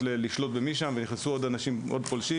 לשלוט במי שנמצא שם ונכנסו לשם עוד ועוד פולשים.